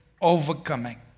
Overcoming